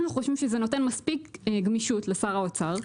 אנחנו חושבים שזה נותן מספיק גמישות לשר האוצר.